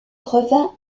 revint